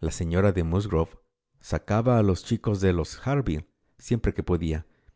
la señora de musgrove sacaba a los chicos de los harville siempre que podía